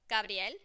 Gabriel